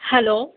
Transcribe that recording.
hello